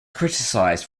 criticized